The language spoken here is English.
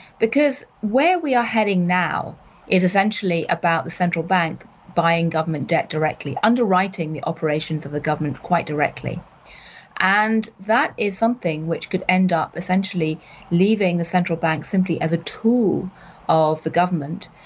because where we are heading now is essentially about the central bank buying government debt directly underwriting the operations of the government quite directly and that is something which could end up essentially leaving the central bank simply as a tool of the government.